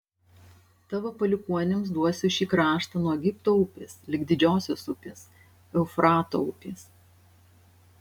tavo palikuonims duosiu šį kraštą nuo egipto upės lig didžiosios upės eufrato upės